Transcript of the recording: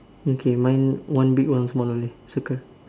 okay mine one big one smaller leh circle